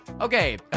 Okay